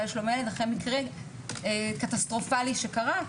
לשלום הילד אחרי מקרה קטסטרופלי שקרה,